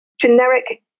generic